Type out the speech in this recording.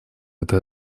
этой